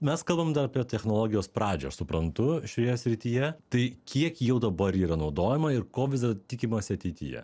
mes kalbam dar apie technologijos pradžią aš suprantu šioje srityje tai kiek jau dabar yra naudojama ir ko vis dar tikimasi ateityje